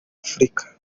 afurika